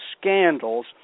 scandals